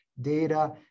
data